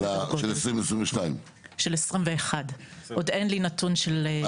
של 2022. של 2021. עוד אין לי נתון של ---.